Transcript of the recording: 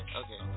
okay